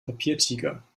papiertiger